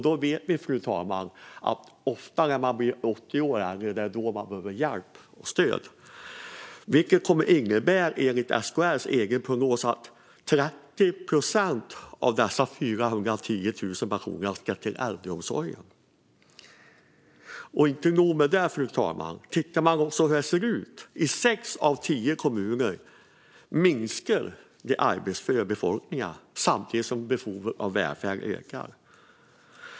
Vi vet, fru talman, att det ofta är när människor blir 80 år eller äldre som de behöver hjälp och stöd, vilket enligt SKR:s egen prognos kommer att innebära att 30 procent av dessa 410 000 personer ska till äldreomsorgen. Och inte nog med det, fru talman. I sex av tio kommuner minskar den arbetsföra befolkningen samtidigt som behovet av välfärd ökar.